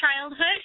childhood